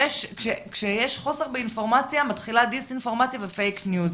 כשיש חוסר באינפורמציה מתחילים דיסאינפורמציה ופייק ניוז.